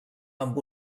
amb